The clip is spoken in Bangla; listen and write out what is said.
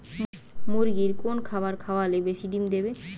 মুরগির কোন খাবার খাওয়ালে বেশি ডিম দেবে?